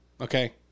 okay